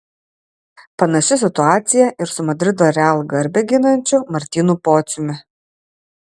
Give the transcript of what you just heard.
panaši situacija ir su madrido real garbę ginančiu martynu pociumi